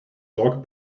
dog